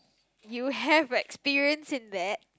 you have experience in that